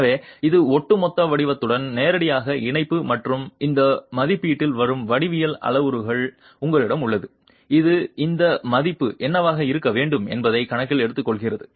எனவே இது ஒட்டுமொத்த வடிவத்துடன் நேரடியாக இணைப்பு மற்றும் இந்த மதிப்பீட்டில் வரும் வடிவியல் அளவுரு உங்களிடம் உள்ளது இது இந்த மதிப்பு என்னவாக இருக்க வேண்டும் என்பதை கணக்கில் எடுத்துக்கொள்கிறது